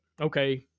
okay